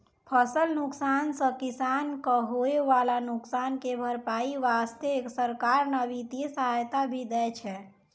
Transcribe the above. फसल नुकसान सॅ किसान कॅ होय वाला नुकसान के भरपाई वास्तॅ सरकार न वित्तीय सहायता भी दै छै